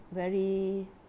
very